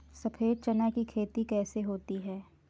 सफेद चना की खेती कैसे होती है?